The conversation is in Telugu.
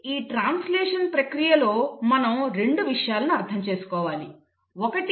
ఈ ట్రాన్స్లేషన్ ప్రక్రియలో మనం 2 విషయాలను అర్థం చేసుకోవాలి 1